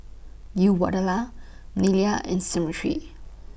Uyyalawada Neila and Smriti